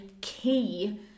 key